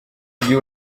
igihe